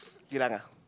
Geylang ah